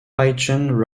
pigeon